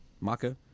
Maka